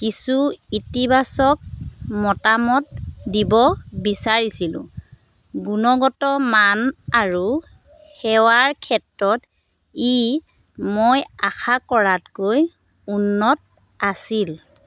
কিছু ইতিবাচক মতামত দিব বিচাৰিছিলো গুণগত মান আৰু সেৱাৰ ক্ষেত্ৰত ই মই আশা কৰাতকৈ উন্নত আছিল